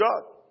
God